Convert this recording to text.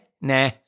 nah